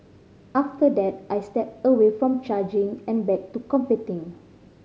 after that I stepped away from judging and back to competing